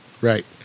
Right